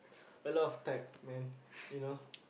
a lot of type man you know